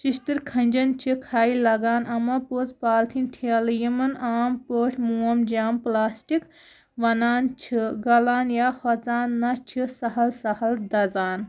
شیشتٔر کھنجن چھِ خاے لگان اَما پوٚز پالتھیٖن ٹھیلہٕ یِمَن عام پٲٹھۍ موم جام پٔلاسٹِک وَنان چھِ غلان یا ہوٚژان نہ چھِ سَہل سَہل دَزان